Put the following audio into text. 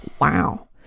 Wow